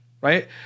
right